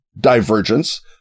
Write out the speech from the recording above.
divergence